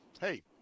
Hey